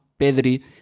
Pedri